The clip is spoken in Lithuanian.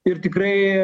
ir tikrai